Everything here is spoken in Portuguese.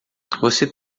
você